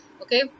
okay